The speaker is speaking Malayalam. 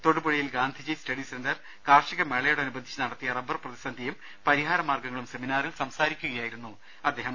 തൊടുപുഴയിൽ ഗാന്ധിജി സ്റ്റഡി സെന്റർ കാർഷി കമേളയോടനുബന്ധിച്ച് നടത്തിയ റബർ പ്രതിസന്ധിയും പരിഹാരമാർഗ്ഗ ങ്ങളും സെമിനാറിൽ സംസാരിക്കുകയായിരുന്നു അദ്ദേഹം